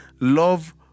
love